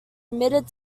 admitted